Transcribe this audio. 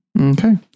Okay